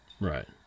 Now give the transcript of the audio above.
Right